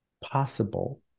possible